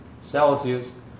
Celsius